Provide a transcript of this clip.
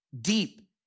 deep